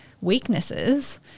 weaknesses